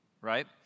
Right